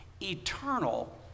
Eternal